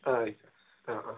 ആയി ആ ആ